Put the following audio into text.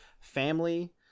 Family